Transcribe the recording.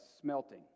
smelting